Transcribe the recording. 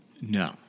No